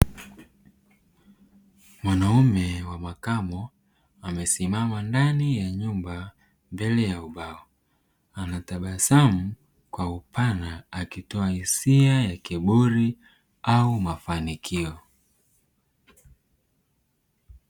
Mwanamume wa makamo amesimama ndani ya nyumba mbele ya ubao anatabasamu kwa upana akitoa hisia ya kiburi au mafanikio.